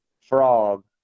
Frog